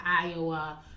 Iowa